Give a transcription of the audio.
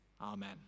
Amen